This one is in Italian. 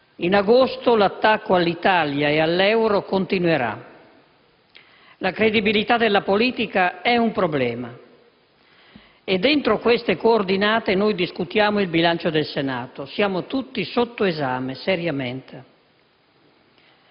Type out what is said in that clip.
in agosto l'attacco all'Italia e all'euro continuerà; la credibilità della politica è un problema, e dentro queste coordinate noi discutiamo il bilancio del Senato. Siamo tutti sotto esame, seriamente.